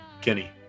Kenny